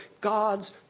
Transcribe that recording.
God's